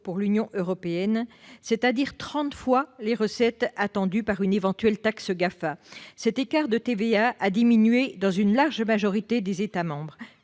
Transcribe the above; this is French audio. dans l'Union européenne, soit trente fois les recettes attendues d'une éventuelle taxe Gafa. Cet écart de TVA a diminué dans une large majorité d'États membres.